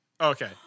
Okay